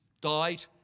died